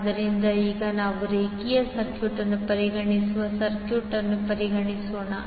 ಆದ್ದರಿಂದ ಈಗ ನಾವು ರೇಖೀಯ ಸರ್ಕ್ಯೂಟ್ ಎಂದು ಪರಿಗಣಿಸುವ ಸರ್ಕ್ಯೂಟ್ ಅನ್ನು ಪರಿಗಣಿಸೋಣ